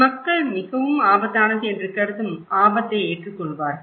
மக்கள் மிகவும் ஆபத்தானது என்று கருதும் ஆபத்தை ஏற்றுக்கொள்வார்கள்